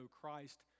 Christ